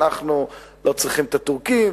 אנחנו לא צריכים את הטורקים,